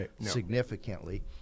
significantly